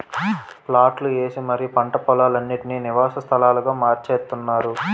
ప్లాట్లు ఏసి మరీ పంట పోలాలన్నిటీనీ నివాస స్థలాలుగా మార్చేత్తున్నారు